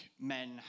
men